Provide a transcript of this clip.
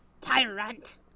Tyrant